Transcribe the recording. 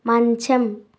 మంచం